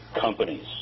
companies